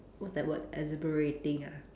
what's that word exhilarating ah